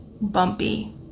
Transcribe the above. bumpy